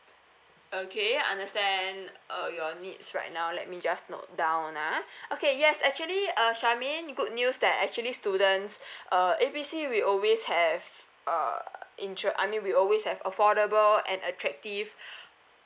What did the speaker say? okay understand uh your needs right now let me just note down ah okay yes actually uh shermaine good news that actually students uh A B C we always have uh insure I mean we always have affordable and attractive